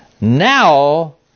now